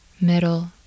middle